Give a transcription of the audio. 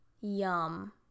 yum